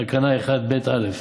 תקנה 1ב(א).